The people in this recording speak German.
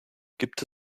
gibt